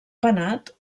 penat